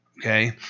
okay